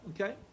okay